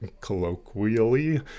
colloquially